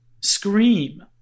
scream